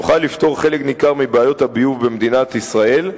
נוכל לפתור חלק נכבד מבעיות הביוב במדינת ישראל.